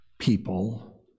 people